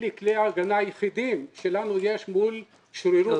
אלה כלי ההגנה היחידים שלנו יש מול שרירות